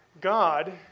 God